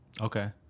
Okay